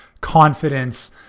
confidence